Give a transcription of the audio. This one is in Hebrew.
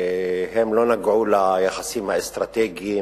שלא נגעו ליחסים האסטרטגיים